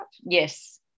yes